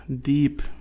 deep